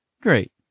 Great